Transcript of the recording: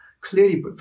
Clearly